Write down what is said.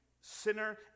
sinner